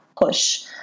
push